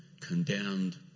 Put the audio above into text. condemned